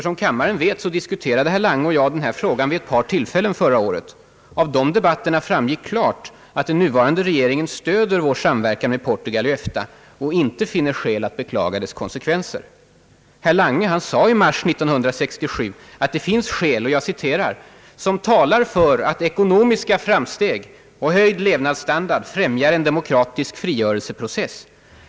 Som kammaren vet diskuterade herr Lange och jag denna fråga vid ett par tillfällen förra året. Av de debatterna framgick klart, att den nuvarande regeringen stöder vår samverkan med Portugal i EFTA och inte finner skäl att beklaga dess konsekvenser. Herr Lange sade i mars 1967 att det finns skäl »som talar för att ekonomiska framsteg och höjd levnadsstandard främjar en demokratisk frigörelseprocess.